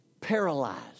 paralyzed